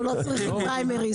אנחנו לא צריכים פריימריז.